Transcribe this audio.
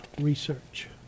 research